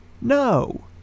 no